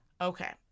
Okay